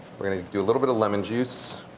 we're going to do a little bit of lemon juice.